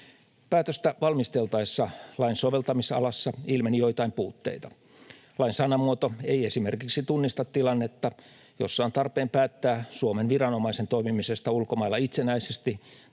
Päätöstä valmisteltaessa lain soveltamisalassa ilmeni joitain puutteita. Lain sanamuoto ei esimerkiksi tunnista tilannetta, jossa on tarpeen päättää Suomen viranomaisen toimimisesta ulkomailla itsenäisesti